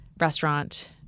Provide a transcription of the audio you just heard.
restaurant